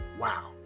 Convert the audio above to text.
Wow